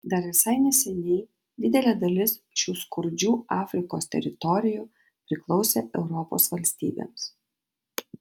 dar visai neseniai didelė dalis šių skurdžių afrikos teritorijų priklausė europos valstybėms